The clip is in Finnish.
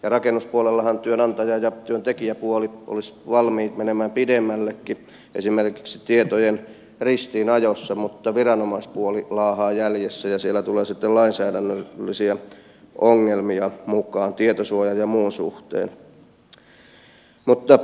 rakennuspuolellahan työnantaja ja työntekijäpuoli olisivat valmiit menemään pidemmälläkin esimerkiksi tietojen ristiinajossa mutta viranomaispuoli laahaa jäljessä ja siellä tulee sitten lainsäädännöllisiä ongelmia mukaan tietosuojan ja muun suhteen